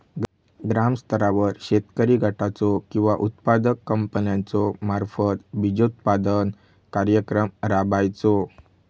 ग्रामस्तरावर शेतकरी गटाचो किंवा उत्पादक कंपन्याचो मार्फत बिजोत्पादन कार्यक्रम राबायचो?